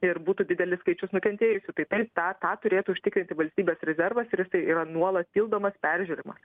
ir būtų didelis skaičius nukentėjusių tai taip tą tą turėtų užtikrinti valstybės rezervas ir jisai yra nuolat pildomas peržiūrimas